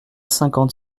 cinquante